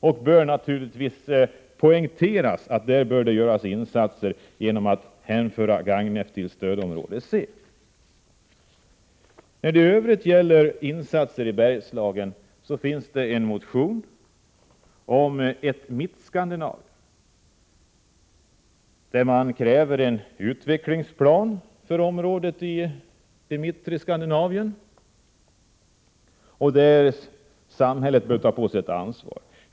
Även där borde insatser göras genom att hänföra Gagnef till stödområde C. Det finns också en motion om Mittskandinavien, där man kräver en utvecklingsplan för området i Mittskandinavien. Samhället bör där ta ett ansvar.